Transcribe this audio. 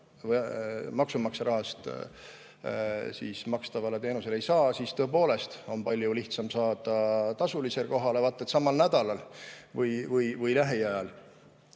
maksumaksja rahast makstavale teenusele ei saa, siis tõepoolest on palju lihtsam saada tasulisele kohale, vaat et samal nädalal või lähiajal.